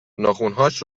ناخنهاش